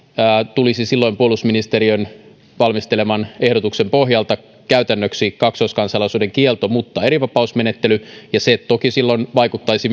tulisi puolustusministeriön valmisteleman ehdotuksen pohjalta käytännöksi kaksoiskansalaisuuden kielto mutta erivapausmenettely ja se toki silloin vaikuttaisi